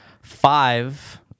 Five